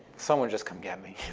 someone just come get me,